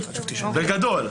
בגדול.